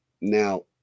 Now